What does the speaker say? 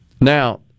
Now